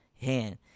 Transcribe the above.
hand